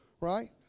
Right